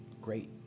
great